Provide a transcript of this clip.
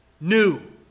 new